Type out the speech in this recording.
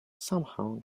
somehow